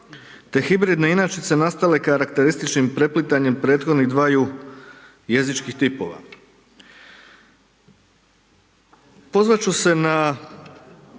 te hibridne inačice nastale karakterističnim preplitanjem prethodnih dvaju jezičkih tipova.